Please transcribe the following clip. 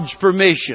permission